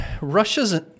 Russia's